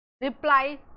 reply